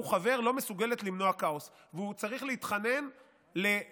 חבר לא מסוגלת למנוע כאוס והוא צריך להתחנן לאופוזיציה,